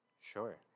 Sure